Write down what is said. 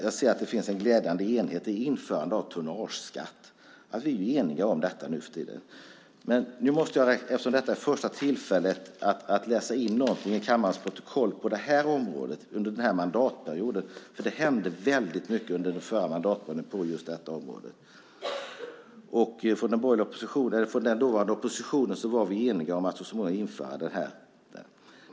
Jag ser att det nu finns en glädjande enighet om ett införande av tonnageskatt. Vi är nu för tiden eniga om detta. Det här är första tillfället under den här mandatperioden att få vissa saker på det här området beslutat och få det fört till kammarens protokoll. Det hände mycket under den förra mandatperioden på det här området. I den dåvarande oppositionen var vi eniga om att så småningom få tonnageskatten införd.